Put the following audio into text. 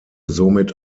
somit